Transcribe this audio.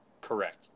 Correct